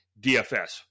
DFS